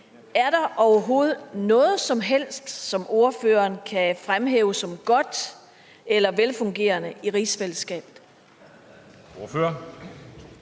Er der overhovedet noget som helst, som ordføreren kan fremhæve som godt eller velfungerende i rigsfællesskabet?